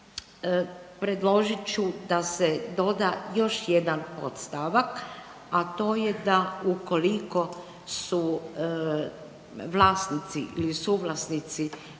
predložit ću da se doda još jedan podstavak, a to je da ukoliko su vlasnici ili suvlasnici